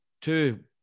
two